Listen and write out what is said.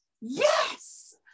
yes